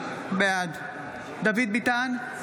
בעד דוד ביטן,